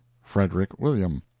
frederick william.